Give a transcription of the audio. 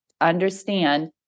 understand